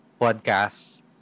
podcast